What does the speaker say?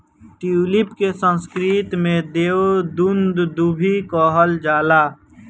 tulip के संस्कृत में देव दुन्दुभी कहल जाला